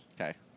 Okay